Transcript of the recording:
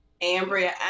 Ambria